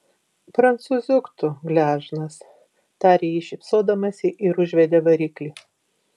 prancūziuk tu gležnas tarė ji šypsodamasi ir užvedė variklį